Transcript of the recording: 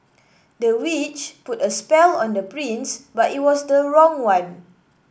the witch put a spell on the prince but it was the wrong one